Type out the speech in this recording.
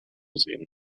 sehen